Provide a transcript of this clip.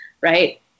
right